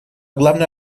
главную